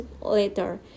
later